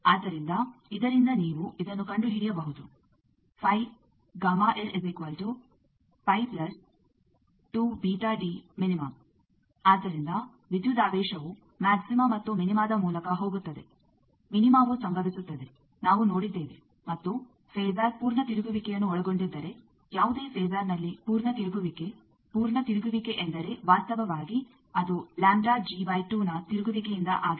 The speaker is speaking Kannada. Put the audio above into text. ಆದ್ದರಿಂದ ಇದರಿಂದ ನೀವು ಇದನ್ನು ಕಂಡುಹಿಡಿಯಬಹುದು ಆದ್ದರಿಂದ ವಿದ್ಯುದಾವೇಶವು ಮ್ಯಾಕ್ಸಿಮ ಮತ್ತು ಮಿನಿಮಾದ ಮೂಲಕ ಹೋಗುತ್ತದೆ ಮಿನಿಮಾವು ಸಂಭವಿಸುತ್ತದೆ ನಾವು ನೋಡಿದ್ದೇವೆ ಮತ್ತು ಫೆಸರ್ ಪೂರ್ಣ ತಿರುಗುವಿಕೆಯನ್ನು ಒಳಗೊಂಡಿದ್ದರೆ ಯಾವುದೇ ಫೆಸರ್ನಲ್ಲಿ ಪೂರ್ಣ ತಿರುಗುವಿಕೆ ಪೂರ್ಣ ತಿರುಗುವಿಕೆ ಎಂದರೆ ವಾಸ್ತವವಾಗಿ ಅದು ನ ತಿರುಗುವಿಕೆಯಿಂದ ಆಗಿದೆ